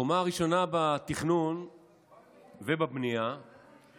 הקומה הראשונה בתכנון ובבנייה היא